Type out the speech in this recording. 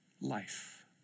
life